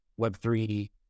Web3